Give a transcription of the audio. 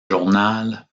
journal